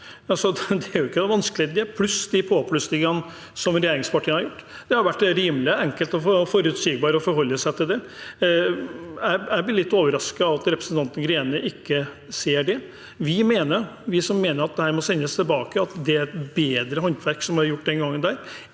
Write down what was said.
det er jo ikke vanskeligere – pluss de påplussingene som regjeringspartiene har gjort. Det hadde vært rimelig enkelt og forutsigbart å forholde seg til det. Jeg blir litt overrasket over at representanten Greni ikke ser det. Vi som mener at dette må sendes tilbake, mener at det var gjort et bedre håndverk den gangen enn